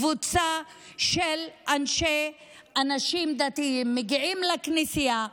קבוצה של אנשים דתיים מגיעה לכנסייה,